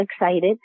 excited